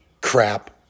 crap